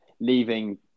leaving